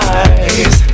eyes